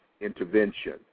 intervention